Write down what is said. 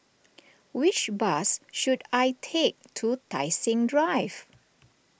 which bus should I take to Tai Seng Drive